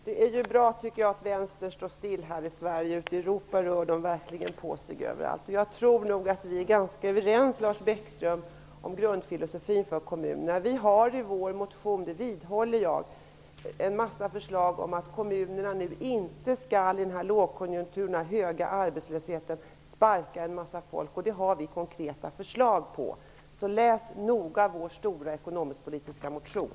Herr talman! Det är ju bra att Vänstern står still här i Sverige. I Europa rör den verkligen på sig överallt. Jag tror att vi är överens om grundfilosofin för kommunerna, Lars Bäckström. Vi har i vår motion -- det vidhåller jag -- många konkreta förslag som handlar om att kommunerna i lågkonjunkturen, med den rådande höga arbetslösheten, inte skall sparka stora grupper människor. Det har vi konkreta förslag på. Läs noga vår stora ekonomisk-politiska motion!